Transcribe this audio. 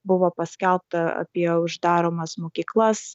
buvo paskelbta apie uždaromas mokyklas